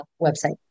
website